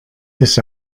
this